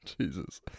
jesus